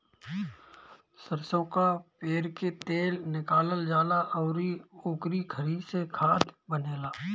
सरसो कअ पेर के तेल निकालल जाला अउरी ओकरी खरी से खाद बनेला